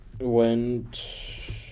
Went